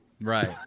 Right